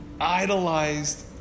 idolized